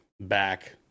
back